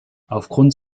aufgrund